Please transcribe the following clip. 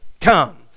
come